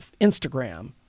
Instagram